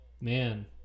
man